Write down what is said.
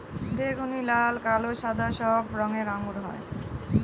বেগুনি, লাল, কালো, সাদা সব রঙের আঙ্গুর হয়